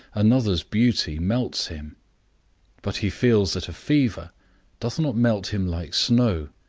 another's beauty melts him but he feels that a fever doth not melt him like snow,